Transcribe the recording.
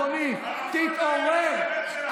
אדוני, תתעורר.